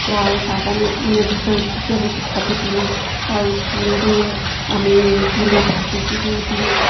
বা ওই বাগানে মানে ভিতরে ঢুকে বসে ফটো তুলি ওই ফুল দিয়ে আমি তুলে ঠাকুর পুজোও দিই